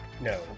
no